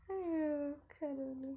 !aiyo! கடவுளே:kadavulae